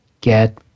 get